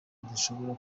dushobora